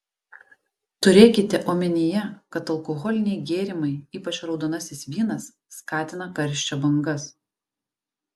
turėkite omenyje kad alkoholiniai gėrimai ypač raudonasis vynas skatina karščio bangas